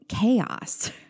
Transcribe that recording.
chaos